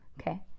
Okay